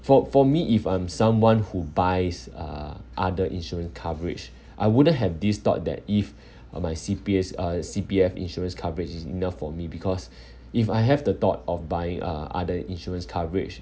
for for me if I'm someone who buys uh other insurance coverage I wouldn't have this thought that if uh my C_P_S uh C_P_F insurance coverage is enough for me because if I have the thought of buying uh other insurance coverage